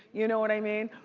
you know what i mean?